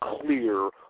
clear